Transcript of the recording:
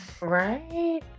right